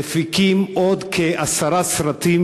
מפיקים עוד כעשרה סרטים